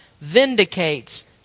vindicates